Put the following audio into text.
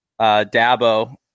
Dabo